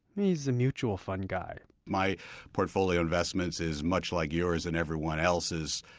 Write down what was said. he's a mutual fund guy my portfolio investment is much like yours and everyone else's.